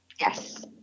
Yes